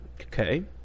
Okay